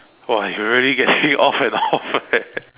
!wah! you really get me off and off eh